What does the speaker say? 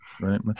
right